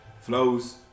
Flows